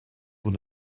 when